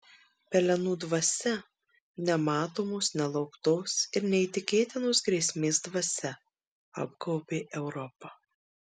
pelenų dvasia nematomos nelauktos ir neįtikėtinos grėsmės dvasia apgaubė europą